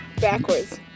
Backwards